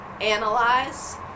analyze